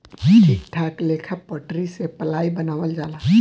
ठीक ठाक लेखा पटरी से पलाइ बनावल जाला